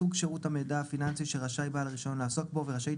סוג שירות המידע הפיננסי שרשאי בעל הרישיון לעסוק בו ורשאית